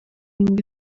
ngo